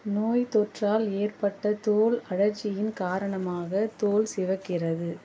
நோய்த்தொற்றால் ஏற்பட்ட தோல் அழற்சியின் காரணமாக தோல் சிவக்கிறது